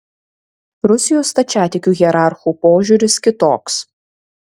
rusijos stačiatikių hierarchų požiūris kitoks